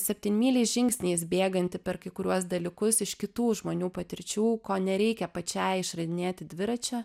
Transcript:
septynmyliais žingsniais bėganti per kai kuriuos dalykus iš kitų žmonių patirčių ko nereikia pačiai išradinėti dviračio